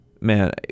Man